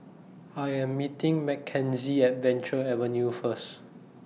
I Am meeting Mckenzie At Venture Avenue First